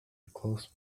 close